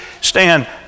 stand